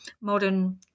modern